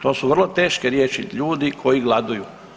To su vrlo teške riječi ljudi koji gladuju.